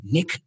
Nick